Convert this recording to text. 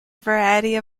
variety